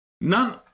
None